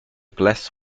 glass